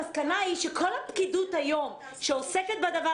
המסקנה היא שכל הפקידות היום שעוסקת בדבר